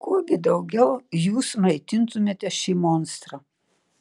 kuo gi daugiau jūs maitintumėte šį monstrą